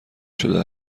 شده